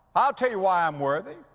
i'll tell you why i'm worthy.